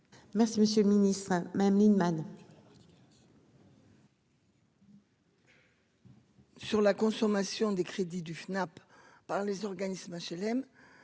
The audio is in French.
Merci, monsieur le Ministre, Madame Lienemann.